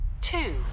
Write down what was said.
two